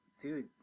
Dude